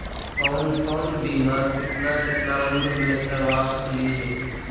कौन कौन बिमा केतना केतना उम्र मे करबा सकली हे?